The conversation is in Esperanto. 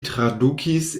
tradukis